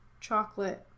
chocolate